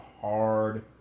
hard